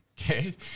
Okay